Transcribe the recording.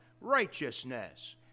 righteousness